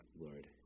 Lord